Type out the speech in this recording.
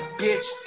bitch